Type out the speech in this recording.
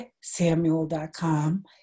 Samuel.com